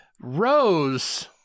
Rose